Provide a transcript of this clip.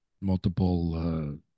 multiple